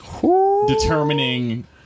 determining